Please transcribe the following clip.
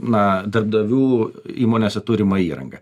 na darbdavių įmonėse turimą įrangą